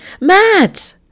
Matt